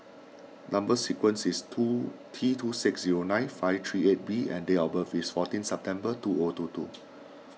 Number Sequence is two T two six zero nine five three eight B and date of birth is fourteen September two O two two